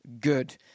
good